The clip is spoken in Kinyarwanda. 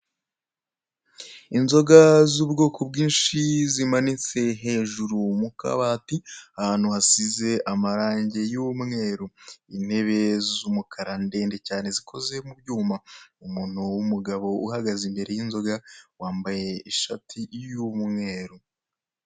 Inzoga z'ubwoko bwinshi zimanitse hejuru mu kabati ahantu hasize amarange y'umweru, intebe z'umukara ndende cyane zikoze mu byuma, umuntu w'umugabo uhagaze imbere y'inzoga wambaye ishati y'umweru.